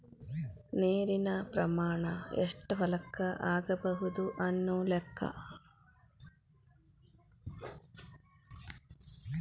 ನೇರಿನ ಪ್ರಮಾಣಾ ಎಷ್ಟ ಹೊಲಕ್ಕ ಆಗಬಹುದು ಅನ್ನು ಲೆಕ್ಕಾ